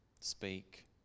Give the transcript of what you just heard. speak